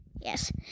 Yes